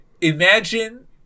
imagine